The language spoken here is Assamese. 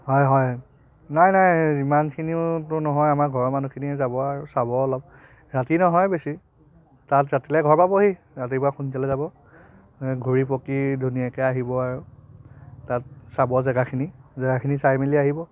হয় হয় নাই নাই ইমানখিনিওতো নহয় আমাৰ ঘৰৰ মানুহখিনিয়ে যাব আৰু চাব অলপ ৰাতি নহয় বেছি তাত ৰাতিলৈ ঘৰ পাবহি ৰাতিপুৱা সোনকালে যাব ঘূৰি পকি ধুনীয়াকৈ আহিব আৰু তাত চাব জেগাখিনি জেগাখিনি চাই মেলি আহিব